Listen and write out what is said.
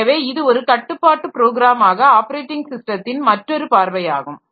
எனவே இது ஒரு கட்டுப்பாட்டு ப்ரோக்ராமாக ஆப்பரேட்டிங் ஸிஸ்டத்தின் மற்றொரு பார்வை ஆகும்